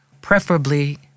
preferably